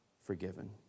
forgiven